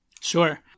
Sure